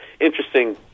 interesting